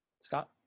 Scott